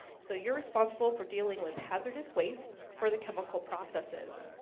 so you're responsible for dealing with hazardous waste for the chemical processes.